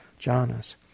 jhanas